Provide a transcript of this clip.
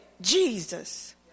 Jesus